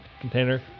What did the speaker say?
container